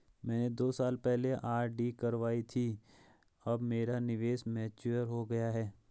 मैंने दो साल पहले आर.डी करवाई थी अब मेरा निवेश मैच्योर हो गया है